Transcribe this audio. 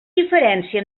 diferència